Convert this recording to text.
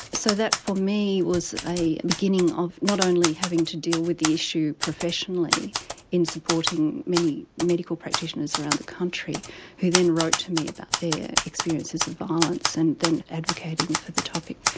so that for me was a beginning of not only having to deal with the issue professionally in supporting many medical practitioners around the country who then wrote to me about their experiences of violence and then advocating for the topic,